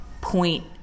point